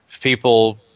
people